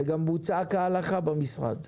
וגם בוצע כהלכה במשרד.